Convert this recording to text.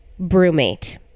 Brewmate